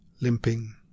Limping